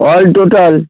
all total